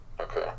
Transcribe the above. Okay